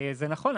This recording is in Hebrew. זה נכון.